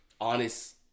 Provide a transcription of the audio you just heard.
Honest